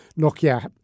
Nokia